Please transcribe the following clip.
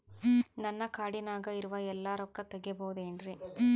ನನ್ನ ಕಾರ್ಡಿನಾಗ ಇರುವ ಎಲ್ಲಾ ರೊಕ್ಕ ತೆಗೆಯಬಹುದು ಏನ್ರಿ?